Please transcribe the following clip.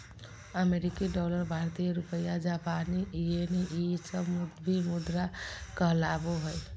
अमेरिकी डॉलर भारतीय रुपया जापानी येन ई सब भी मुद्रा कहलाबो हइ